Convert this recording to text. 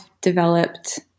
developed